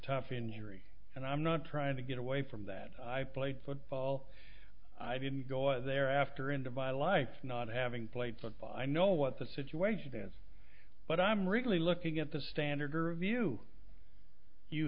tough injury and i'm not trying to get away from that i played football i didn't go there after into via life not having played football i know what the situation is but i'm really looking at the standard